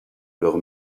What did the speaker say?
leurs